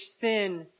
sin